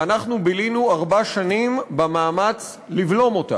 ואנחנו בילינו ארבע שנים במאמץ לבלום אותה,